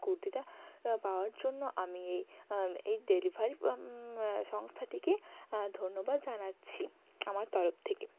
কুর্তিটা পাওয়ার জন্য আমি এই এই ডেলিভারি সংস্থাটিকে ধন্যবাদ জানাচ্ছি আমার তরফ থেকে